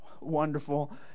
wonderful